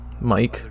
Mike